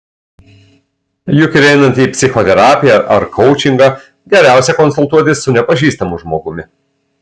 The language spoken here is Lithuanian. juk ir einant į psichoterapiją ar koučingą geriausia konsultuotis su nepažįstamu žmogumi